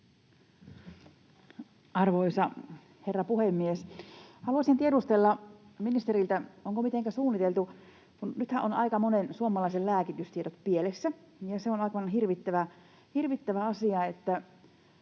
Arvoisa herra puhemies! Haluaisin tiedustella ministeriltä, mitenkä on suunniteltu, kun nythän ovat aika monen suomalaisen lääkitystiedot pielessä, ja se on aivan hirvittävä asia,